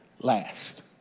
last